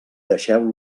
deixeu